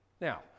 Now